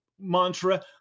mantra